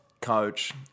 coach